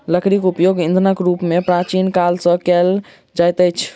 लकड़ीक उपयोग ईंधनक रूप मे प्राचीन काल सॅ कएल जाइत अछि